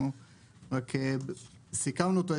רק סיכמנו אותו,